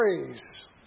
praise